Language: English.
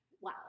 Wow